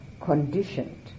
conditioned